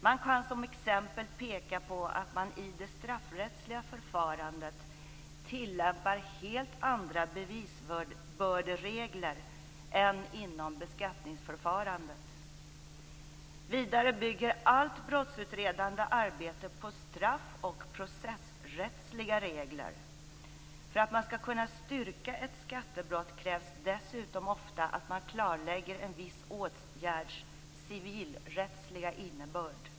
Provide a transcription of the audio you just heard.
Man kan som ett exempel peka på att man i det straffrättsliga förfarandet tillämpar helt andra bevisbörderegler än inom beskattningsförfarandet. Vidare bygger allt brottsutredande arbete på straff och processrättsliga regler. För att man skall kunna styrka ett skattebrott krävs dessutom ofta att man klarlägger en viss åtgärds civilrättsliga innebörd."